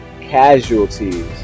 casualties